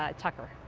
ah tucker